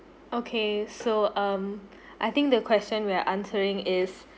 okay so um I think the question we're answering is